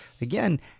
Again